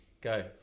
Go